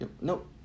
nope